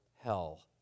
hell